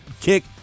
kick